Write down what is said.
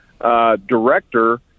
director